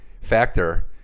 factor